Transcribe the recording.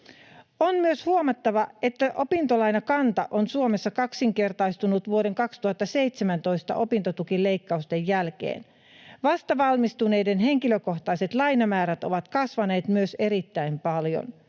On myös huomattava, että opintolainakanta on Suomessa kaksinkertaistunut vuoden 2017 opintotukileikkausten jälkeen. Vastavalmistuneiden henkilökohtaiset lainamäärät ovat kasvaneet myös erittäin paljon.